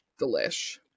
delish